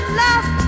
love